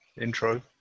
intro